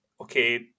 okay